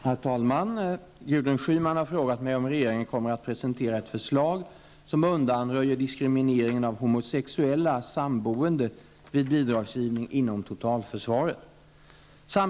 Herr talman! Gudrun Schyman har frågat mig om regeringen kommer att presentera ett förslag som undanröjer diskrimineringen av homosexuella samboende vid bidragsgivning inom totalförsvaret.